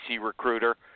Recruiter